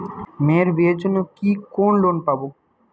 মেয়ের বিয়ের জন্য কি কোন লোন পাব?